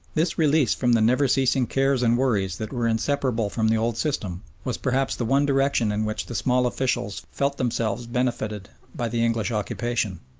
this release from the never-ceasing cares and worries that were inseparable from the old system was perhaps the one direction in which the small officials felt themselves benefited by the english occupation.